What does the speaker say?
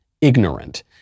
ignorant